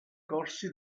corsi